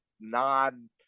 non